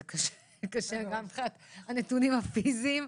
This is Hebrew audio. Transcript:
זה קשה גם מבחינת הנתונים הפיסיים,